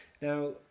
now